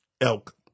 elk